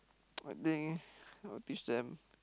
I think I'll teach them